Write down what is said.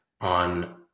on